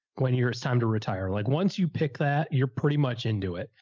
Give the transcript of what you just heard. when you were assigned to retire, like once you pick that, you're pretty much into it.